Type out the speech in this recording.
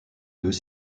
deux